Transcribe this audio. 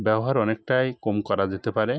ব্যবহার অনেকটাই কম করা যেতে পারে